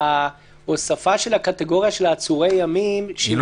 שההוספה של הקטגוריה של עצורי ימים לא